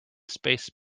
space